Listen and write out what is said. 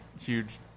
huge